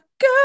go